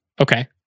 Okay